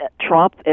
Trump